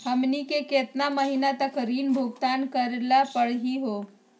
हमनी के केतना महीनों तक ऋण भुगतान करेला परही हो?